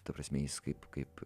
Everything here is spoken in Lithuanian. ta prasme jis kaip kaip